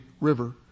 River